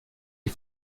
die